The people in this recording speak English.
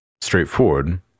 straightforward